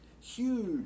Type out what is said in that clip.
huge